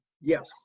Yes